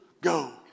go